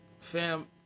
fam